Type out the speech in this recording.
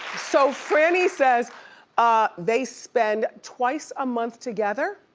so frannie says ah they spend twice a month together.